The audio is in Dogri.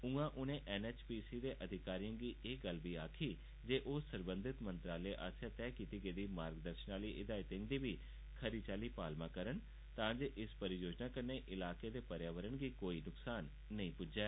उआं उनें एनएचपीसी दे अधिकारिएं गी एह् गल्ल बी आखी जे ओह् सरबंघत मंत्रालय आसेआ तैय कीती गेदी मार्गदर्शन आहली हिदायतें दी बी खरी चाल्ली पालमा करन तांजे इस परियोजना कन्नै इलाके दे पर्यावरण गी कोई नुक्सान नेई पुज्जे